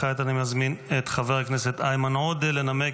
כעת אני מזמין את חבר הכנסת איימן עודה לנמק